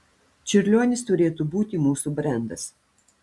čiurlionis turėtų būti mūsų brendas